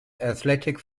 athletic